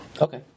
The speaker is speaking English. Okay